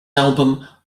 album